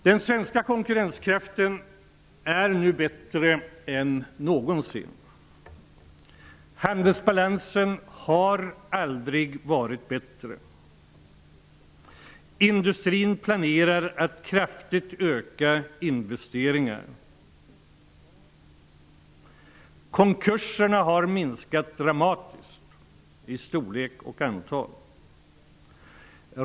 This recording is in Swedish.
Den svenska konkurrenskraften är nu bättre än någonsin. Handelsbalansen har aldrig varit bättre. Industrin planerar att öka investeringarna kraftigt. Konkurserna har minskat dramatiskt i storlek och antal.